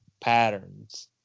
patterns